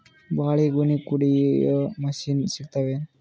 ಬಾಳಿಗೊನಿ ಕಡಿಯು ಮಷಿನ್ ಸಿಗತವೇನು?